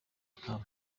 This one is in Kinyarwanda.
nta